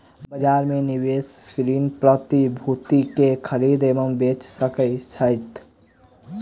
बजार में निवेशक ऋण प्रतिभूति के खरीद एवं बेच सकैत छथि